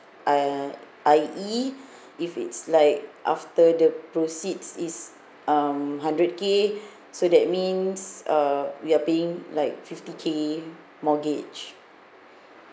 uh I_E if it's like after the proceeds is um hundred K so that means uh we are paying like fifty K mortgage